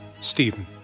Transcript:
Stephen